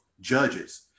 Judges